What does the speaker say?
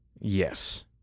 yes